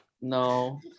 No